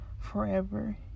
forever